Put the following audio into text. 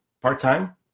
part-time